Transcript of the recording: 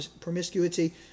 promiscuity